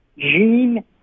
Gene